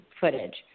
footage